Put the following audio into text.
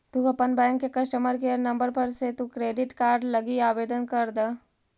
तु अपन बैंक के कस्टमर केयर नंबर पर से तु क्रेडिट कार्ड लागी आवेदन कर द